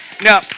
Now